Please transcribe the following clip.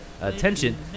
Attention